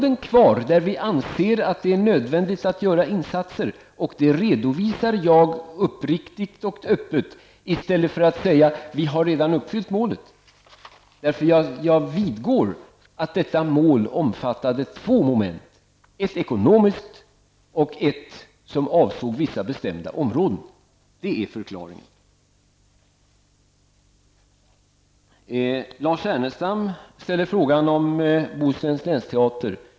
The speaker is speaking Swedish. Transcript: Det finns områden där vi fortfarande anser att det är nödvändigt att göra insatser, och detta redovisar jag uppriktigt och öppet i stället för att säga att vi redan har uppfyllt målet. Jag vidgår nämligen att detta mål omfattade två moment -- ett ekonomiskt och ett som gäller uppdelningen på vissa bestämda områden. Det är förklaringen. Lars Ernestam ställde en fråga om Bohusläns länsteater.